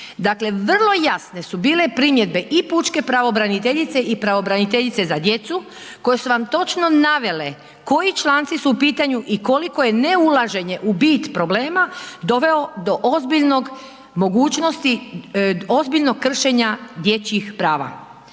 Dakle, vrlo jasne su bile primjedbe i pučke pravobraniteljice i pravobraniteljice za djecu koje su vam točno navele koji članci su u pitanju i koliko je neulaženje u bit problema doveo do ozbiljnog, mogućnosti